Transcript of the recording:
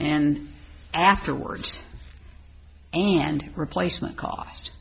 and afterwards and replacement cost